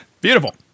Beautiful